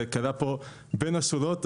זה קרה פה בין השורות,